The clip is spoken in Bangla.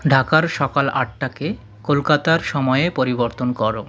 ঢাকার সকাল আটটাকে কলকাতার সময়ে পরিবর্তন করো